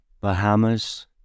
Bahamas